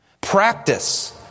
Practice